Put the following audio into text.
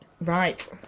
right